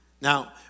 Now